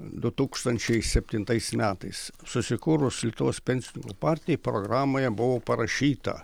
du tūkstančiai septintais metais susikūrus lietuvos pensininkų partijai programoje buvo parašyta